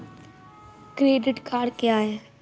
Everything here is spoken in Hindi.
क्रेडिट कार्ड क्या होता है?